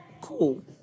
Cool